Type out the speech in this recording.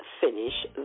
finish